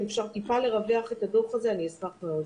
אם אפשר לרווח מעט את הדוח הזה, אשמח מאוד.